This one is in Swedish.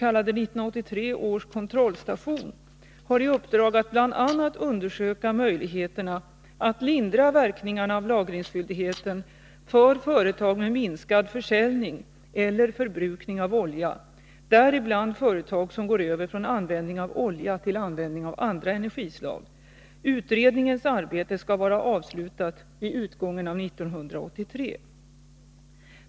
1983 års kontrollstation, har i uppdrag att bl.a. undersöka möjligheterna att lindra verkningarna av lagringsskyldigheten för företag med minskad försäljning eller förbrukning av olja, däribland företag som går över från användning av olja till användning av andra energislag. Utredningens arbete skall vara avslutat vid utgången av år 1983.